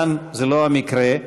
כאן זה לא המקרה,